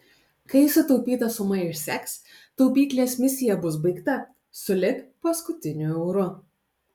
kai sutaupyta suma išseks taupyklės misija bus baigta sulig paskutiniu euru